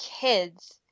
kids